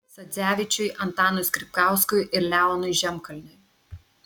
sadzevičiui antanui skripkauskui ir leonui žemkalniui